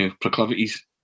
proclivities